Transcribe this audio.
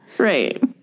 Right